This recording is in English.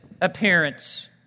appearance